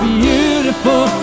beautiful